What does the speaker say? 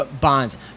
bonds